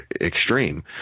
extreme